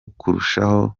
kurushaho